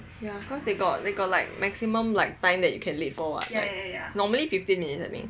cause they got they got like maximum like time that you can late for [what] normally fifteen minutes I think